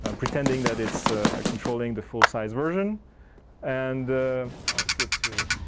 ah pretending that it's controlling the full size version and the i'll skip to